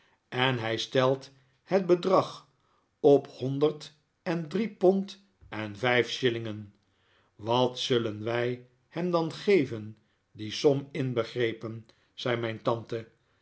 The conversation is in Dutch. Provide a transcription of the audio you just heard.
en hij stelt het bedrag op honderd en drie pond en vijf shillingen wat zullen wij hem dan geven die som inbegrepen zei mijn tante